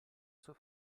zur